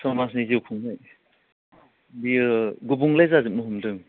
समाजनि जिउ खुंनाय बियो गुबुंले जाजोबनो हमदों